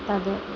तद्